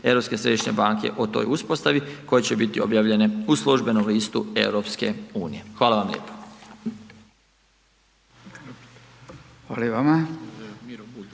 Europske središnje banke o toj uspostavi koje će biti objavljene u službenom listu EU-a. Hvala vam lijepo.